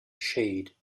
shade